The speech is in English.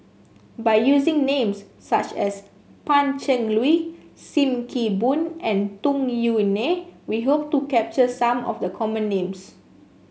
by using names such as Pan Cheng Lui Sim Kee Boon and Tung Yue Nang we hope to capture some of the common names